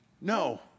No